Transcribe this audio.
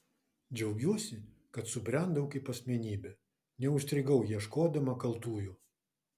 džiaugiuosi kad subrendau kaip asmenybė neužstrigau ieškodama kaltųjų